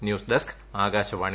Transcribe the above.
news desk Akashvani